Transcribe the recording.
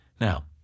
Now